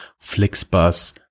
Flixbus